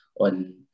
on